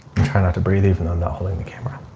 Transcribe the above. i'm trying not to breathe even though not holding the camera